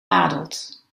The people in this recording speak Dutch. adelt